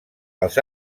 els